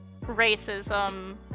racism